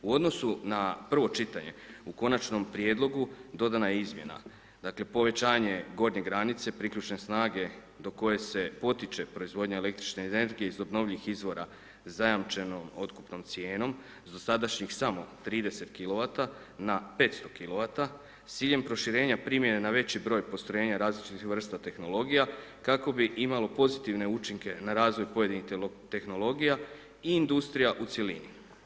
U odnosu na prvo čitanje u Konačnom prijedlogu dodana je izmjena, dakle, povećanje gornje granice priključne snage do koje se potiče proizvodnja električne energije iz obnovljivih izvora zajamčenom otkupnom cijenom s dosadašnjih samo 30 kilovata na 500 kilovata, s ciljem proširenja primjene na veći broj postrojenja različitih vrsta tehnologija, kako bi imalo pozitivne učinke na razvoj pojedinih tehnologija i industrija u cjelini.